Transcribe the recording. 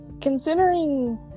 considering